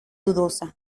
dudosa